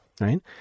right